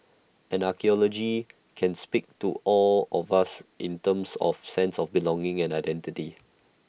and archaeology can speak to all of us in terms of sense of belonging and identity